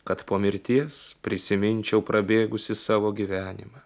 kad po mirties prisiminčiau prabėgusį savo gyvenimą